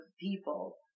people